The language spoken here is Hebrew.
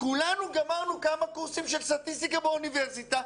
כולנו גמרנו כמה קורסים של סטטיסטיקה באוניברסיטה,